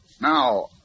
Now